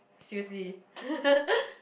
seriously